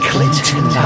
Clinton